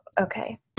okay